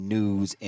News